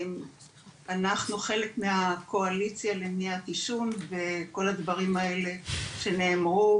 אנחנו חלק מהקואליציה למניעת עישון וכל הדברים האלה שנאמרו,